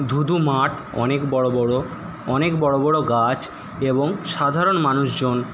ধূ ধূ মাঠ অনেক বড়ো বড়ো অনেক বড়ো বড়ো গাছ এবং সাধারণ মানুষজন